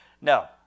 No